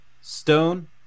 Stone